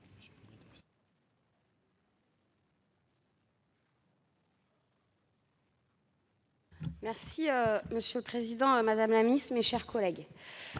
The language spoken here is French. Monsieur le président, madame la ministre, mes chers collègues,